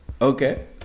Okay